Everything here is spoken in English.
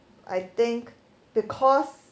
I think because